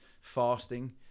fasting